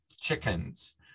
chickens